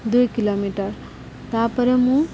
ଦୁଇ କିଲୋମିଟର ତାପରେ ମୁଁ